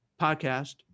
podcast